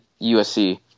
USC